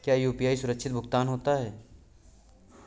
क्या यू.पी.आई सुरक्षित भुगतान होता है?